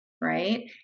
right